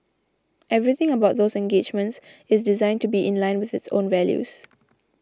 everything about those engagements is designed to be in line with its values